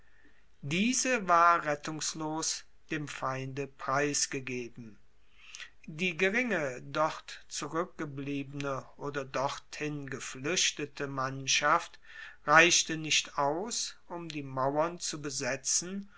diese war rettungslos dem feinde preisgegeben die geringe dort zurueckgebliebene oder dorthin gefluechtete mannschaft reichte nicht aus um die mauern zu besetzen